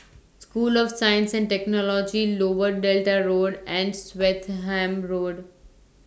School of Science and Technology Lower Delta Road and Swettenham Road